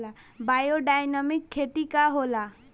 Biodynamic खेती का होला?